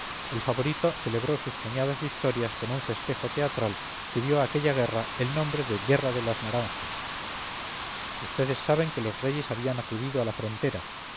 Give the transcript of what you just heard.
el favorito celebró sus soñadas victorias con un festejo teatral que dio a aquella guerra el nombre de guerra de las naranjas ustedes saben que los reyes habían acudido a la frontera